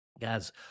Guys